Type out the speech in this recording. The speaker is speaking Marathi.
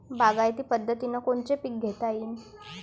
बागायती पद्धतीनं कोनचे पीक घेता येईन?